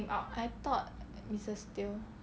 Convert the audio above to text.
I thought missus dale